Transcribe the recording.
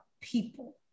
people